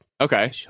Okay